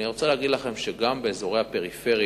אני רוצה להגיד לכם שגם באזורי הפריפריה